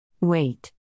Wait